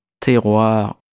terroir